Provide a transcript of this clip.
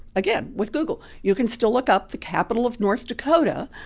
again, with google, you can still look up the capital of north dakota.